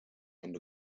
and